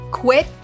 Quit